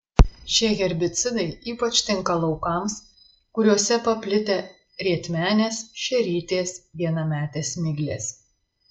šie herbicidai ypač tinka laukams kuriuose paplitę rietmenės šerytės vienametės miglės